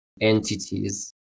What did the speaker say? entities